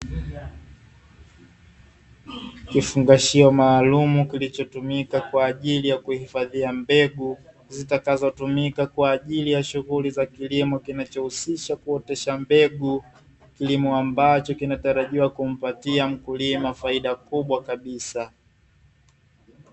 Kifungashio maalumu kilichotumika kwa ajili ya kuhifadhia mbegu, zitakazotumika kwa ajili ya shughuli za kilimo kinachohusisha kuotesha mbegu, kilimo ambacho kinatarajiwa kumpatia mkulima faida kubwa kabisa.